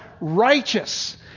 Righteous